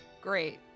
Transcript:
Great